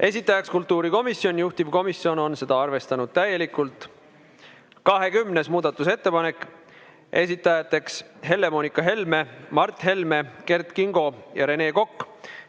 esitajaks kultuurikomisjon, juhtivkomisjon on seda arvestanud täielikult. 20. muudatusettepanek, esitajateks Helle-Moonika Helme, Mart Helme, Kert Kingo ja Rene Kokk,